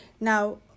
Now